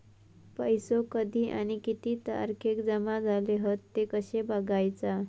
पैसो कधी आणि किती तारखेक जमा झाले हत ते कशे बगायचा?